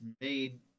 made